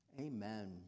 amen